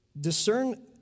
Discern